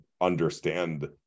understand